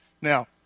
Now